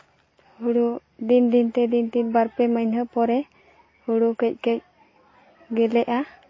ᱦᱩᱲᱩ ᱫᱤᱱ ᱫᱤᱱ ᱛᱮ ᱫᱤᱱ ᱫᱤᱱ ᱵᱟᱨᱯᱮ ᱢᱟᱹᱦᱱᱟᱹ ᱯᱚᱨᱮ ᱦᱩᱲᱩ ᱠᱟᱹᱡ ᱠᱟᱹᱡ ᱜᱮᱞᱮᱜᱼᱟ